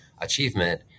achievement